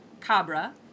Cabra